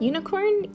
Unicorn